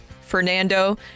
Fernando